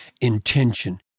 intention